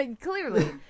Clearly